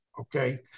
okay